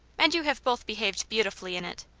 and you have both behaved beautifully in it.